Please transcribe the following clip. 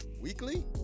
Weekly